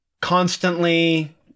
constantly